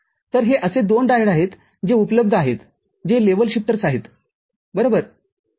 तरहे असे दोन डायोड आहेत जे उपलब्ध आहेत जे लेव्हल शिफ्टर्सआहेत बरोबर